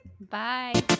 bye